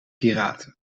piraten